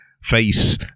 face